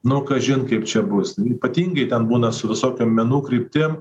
nu kažin kaip čia bus ypatingai ten būna su visokiom menų kryptim